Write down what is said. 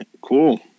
Cool